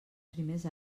primers